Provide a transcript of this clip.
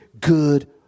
good